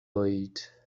oed